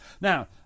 Now